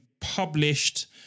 published